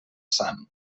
sant